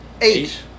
Eight